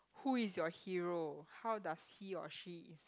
who is your hero how does he or she ins~